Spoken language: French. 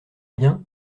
bien